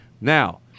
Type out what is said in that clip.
Now